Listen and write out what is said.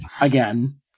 again